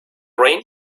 rain